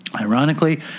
Ironically